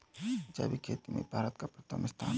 जैविक खेती में भारत का प्रथम स्थान